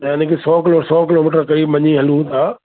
याने के सौ किलो सौ किलोमीटर करीब मञी हलूं था